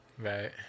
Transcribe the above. Right